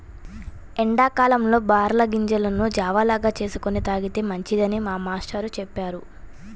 ఎండా కాలంలో బార్లీ గింజలను జావ లాగా చేసుకొని తాగితే మంచిదని మా మేష్టారు చెప్పారు